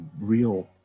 real